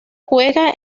juega